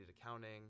accounting